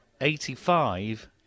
eighty-five